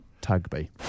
Tugby